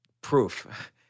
proof